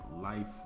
Life